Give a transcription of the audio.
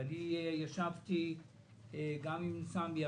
אני ישבתי גם עם סמי,